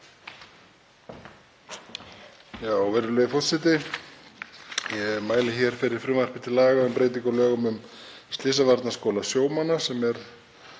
Virðulegi forseti. Ég mæli hér fyrir frumvarpi til laga um breytingu á lögum um Slysavarnaskóla sjómanna sem eru